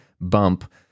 bump